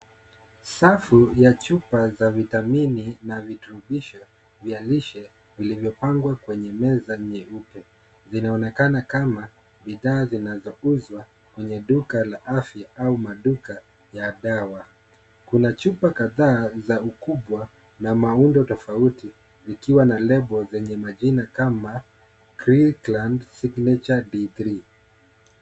Safu ya chupa za vitamini na virutubisho vya lishe, vilivyopangwa kwenye meza nyeupe, zinaonekana kama bidhaa zinazouzwa kwenye duka la afya au maduka ya dawa. Kuna chupa kadhaa za ukubwa na maumbo tofauti zikiwa na lebo zenye majina kama Three plant signature D3.